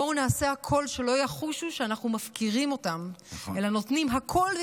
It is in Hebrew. בואו נעשה הכול שלא יחושו שאנחנו מפקירים אותם אלא נותנים הכול,